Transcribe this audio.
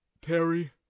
Terry